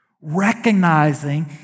Recognizing